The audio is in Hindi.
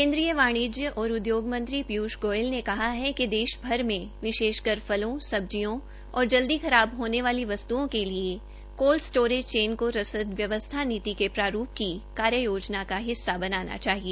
केन्द्रीय वाणिज्य और उद्योग मंत्री पीयूष गोयल ने कहा है कि देश भर में विशेषकर फलों सब्जियों और जल्द खराब होने वाली वस्त्ओं के लिये कोल्ड स्टोरज़ चेन को रसद व्यवस्था नीति के प्रारूप की कार्य योजना का हिस्सा बनाना चाहिए